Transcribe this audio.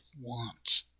want